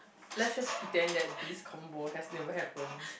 let's just pretend that this convo has never happened